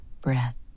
breath